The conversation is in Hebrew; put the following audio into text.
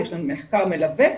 יש לנו מחקר מלווה,